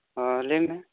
ᱚᱻ ᱞᱟᱹᱭ ᱢᱮ